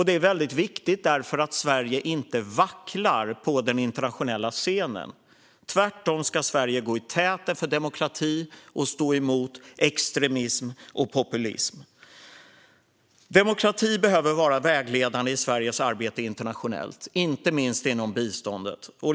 Det är därför viktigt att Sverige inte vacklar på den internationella scenen. Sverige ska tvärtom gå i täten för demokrati och stå emot extremism och populism. Demokrati behöver vara vägledande i Sveriges arbete internationellt, inte minst inom biståndet.